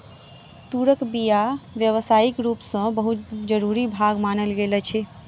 तूरक बीया व्यावसायिक रूप सॅ बहुत जरूरी भाग मानल गेल अछि